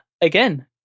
again